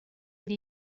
been